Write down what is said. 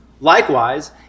Likewise